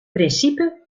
principe